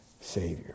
Savior